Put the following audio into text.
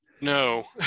no